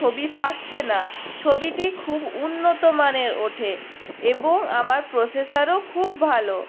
ছবি ফাটছে না ছবিটি খুব উন্নতমানের ওঠে এবং আমার প্রসেসরও খুব ভালো